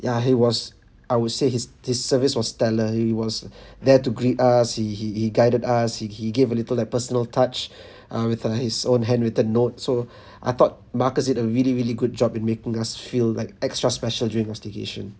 ya he was I would say his his service was stellar he was there to greet us he he he guided us he he gave a little like personal touch uh with uh his own handwritten note so I thought marcus did a really really good job in making us feel like extra special during our staycation